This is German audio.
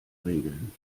regeln